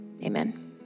amen